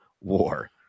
war